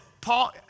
Paul